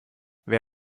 wer